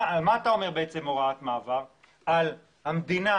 בהוראת מעבר אתה פונה למדינה